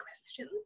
questions